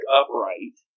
upright